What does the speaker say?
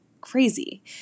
crazy